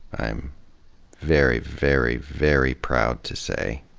i'm very, very, very proud to say.